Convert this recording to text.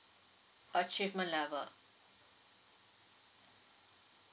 achievement level